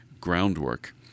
Groundwork